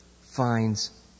finds